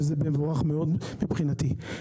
וזה מבורך מאוד מבחינתי.